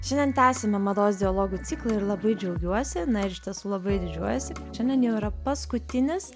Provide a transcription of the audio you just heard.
šiandien tęsiame mados dialogų ciklą ir labai džiaugiuosi na ir iš tiesų labai didžiuojuosi šiandien jau yra paskutinis